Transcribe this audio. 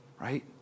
Right